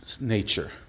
nature